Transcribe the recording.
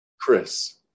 Chris